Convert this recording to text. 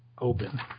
open